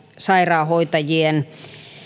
sairaanhoitajien